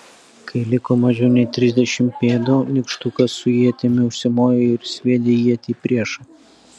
kai liko mažiau nei trisdešimt pėdų nykštukas su ietimi užsimojo ir sviedė ietį į priešą